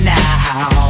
now